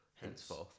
Henceforth